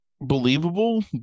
believable